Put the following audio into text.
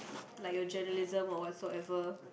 like your journalism or whatsoever